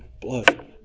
blood